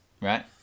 right